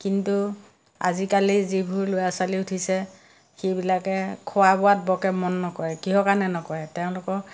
কিন্তু আজিকালি যিবোৰ ল'ৰা ছোৱালী উঠিছে সেইবিলাকে খোৱা বোৱাত বৰকৈ মন নকৰে কিহৰ কাৰণে নকৰে তেওঁলোকক